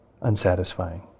unsatisfying